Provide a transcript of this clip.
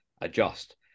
adjust